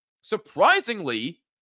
Surprisingly